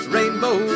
Rainbow